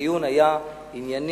הדיון היה ענייני.